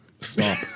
stop